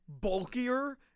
bulkier